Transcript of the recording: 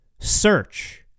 search